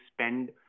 spend